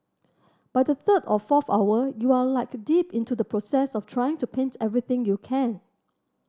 by the third or fourth hour you are like deep into the process of trying to paint everything you can